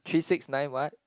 three six nine what